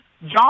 John